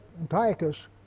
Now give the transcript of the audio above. Antiochus